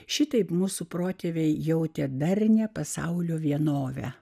šitaip mūsų protėviai jautė darnią pasaulio vienovę